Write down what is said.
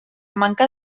manca